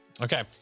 Okay